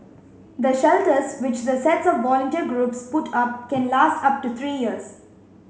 the shelters which the sets of volunteer groups put up can last up to three years